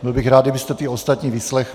Byl bych rád, kdybyste ty ostatní vyslechli.